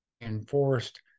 enforced